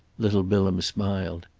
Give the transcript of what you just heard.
little bilham smiled.